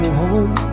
home